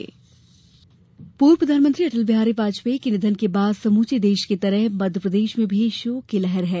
प्रदेश शोक पूर्व प्रधानमंत्री अटल बिहारी वाजपेयी के निधन के बाद समूचे देश की तरह मध्यप्रदेश भी शोक लहर है